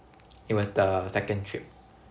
it was the second trip